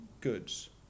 goods